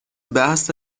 بحث